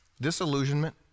Disillusionment